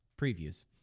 previews